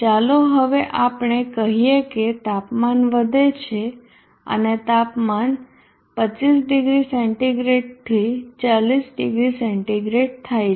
ચાલો હવે આપણે કહીએ કે તાપમાન વધે છે અને તાપમાન 25 ડીગ્રી સેન્ટીગ્રેડથી 40 ડીગ્રી સેન્ટિગ્રેડ થાય છે